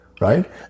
Right